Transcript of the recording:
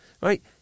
right